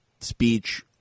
speech